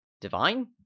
Divine